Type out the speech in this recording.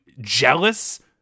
jealous